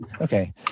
Okay